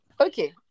okay